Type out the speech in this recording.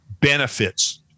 benefits